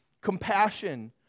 compassion